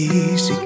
easy